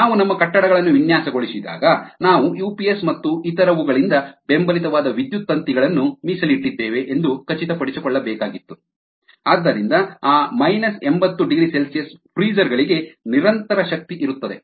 ನಾವು ನಮ್ಮ ಕಟ್ಟಡಗಳನ್ನು ವಿನ್ಯಾಸಗೊಳಿಸಿದಾಗ ನಾವು ಯುಪಿಎಸ್ ಮತ್ತು ಇತರವುಗಳಿಂದ ಬೆಂಬಲಿತವಾದ ವಿದ್ಯುತ್ ತಂತಿಗಳನ್ನು ಮೀಸಲಿಟ್ಟಿದ್ದೇವೆ ಎಂದು ಖಚಿತಪಡಿಸಿಕೊಳ್ಳಬೇಕಾಗಿತ್ತು ಅದರಿಂದ ಆ 80ºC ಫ್ರೀಜರ್ ಗಳಿಗೆ ನಿರಂತರ ಶಕ್ತಿ ಇರುತ್ತದೆ